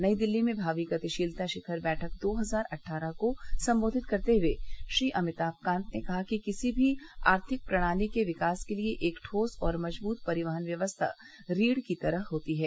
नई दिल्ली में भावी गतिशीलता शिखर बैठक दो हजार अट्ठारह को संबोधित करते हुए श्री अमिताम कांत ने कहा कि किसी भी आर्थिक प्रणाली के विकास के लिए एक ठोस और मजबूत परिवहन व्यवस्था रीढ़ की तरह होती है